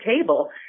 table